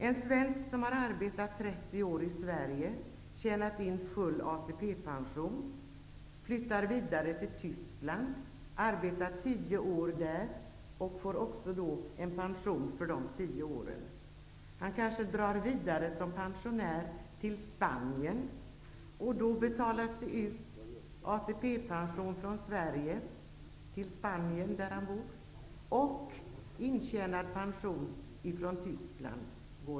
En svensk som har arbetat 30 år i Sverige och tjänat in full ATP flyttar vidare till Tyskland, arbetar tio år där och får pension också för de åren. Som pensionär drar han vidare till Spanien, och då betalas ATP ut från Sverige plus intjänad pension från Tyskland.